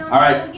alright,